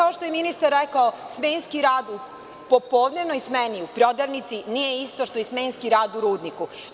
Kao što je ministar rekao, smenski rad u popodnevnoj smeni u prodavnici nije isto što i smenski rad u rudniku.